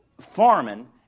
farming